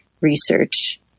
research